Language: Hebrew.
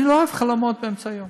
אני לא אוהב חלומות באמצע היום.